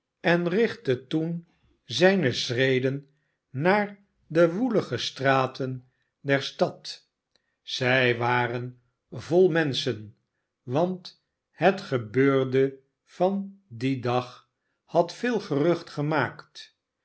en richtte toen zijne schreden naar de woelige straten der stad men is inderdaad tot straatschenderij overgegaan zij waren vol menschen want het gebeurde van dien dag had veel gerucht gemaakt